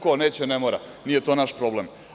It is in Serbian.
Ko neće ne mora, nije to naš problem.